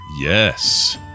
Yes